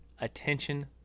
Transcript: attention